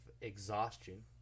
exhaustion